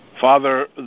Father